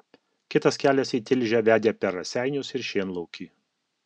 kitas kelias į tilžę vedė per raseinius ir šienlaukį